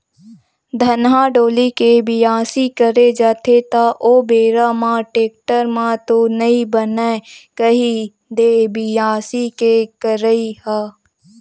धनहा डोली के बियासी करे जाथे त ओ बेरा म टेक्टर म तो नइ बनय कही दे बियासी के करई ह?